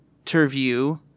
interview